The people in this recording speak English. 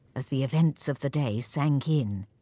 as the events of the day sank in.